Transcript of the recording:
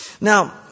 Now